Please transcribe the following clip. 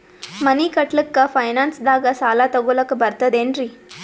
ಮನಿ ಕಟ್ಲಕ್ಕ ಫೈನಾನ್ಸ್ ದಾಗ ಸಾಲ ತೊಗೊಲಕ ಬರ್ತದೇನ್ರಿ?